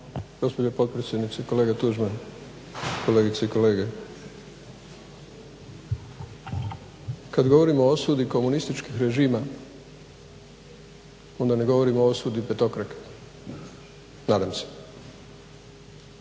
gospođo potpredsjednice, kolega Tuđman, kolegice i kolege. Kad govorim o osudi komunističkih režima onda ne govorim o osudi petokrake, nadam se.